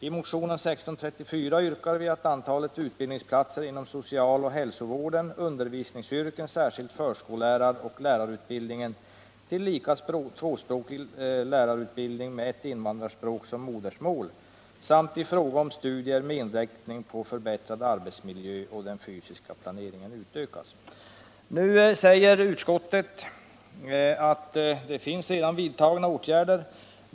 I motionen 1634 kräver vi att ”antalet utbildningsplatser inom socialoch hälsovården, undervisningsyrken, särskilt förskolläraroch lärarutbildningen tillika tvåspråkig lärarutbildning med ett invandrarspråk som modersmål samt i fråga om studier med inriktning på förbättrad arbetsmiljö och den fysiska planeringen utökas”. Nu säger utskottet att åtgärder redan har vidtagits.